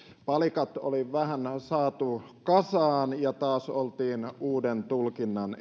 palikat oli vähän saatu kasaan ja taas oltiin uuden tulkinnan